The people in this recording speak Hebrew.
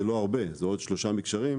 שלושה במספר,